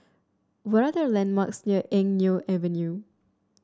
what are the landmarks near Eng Neo Avenue